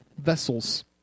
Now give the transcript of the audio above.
vessels